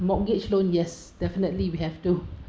mortgage loan yes definitely we have to